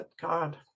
god